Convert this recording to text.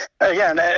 again